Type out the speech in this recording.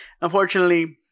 Unfortunately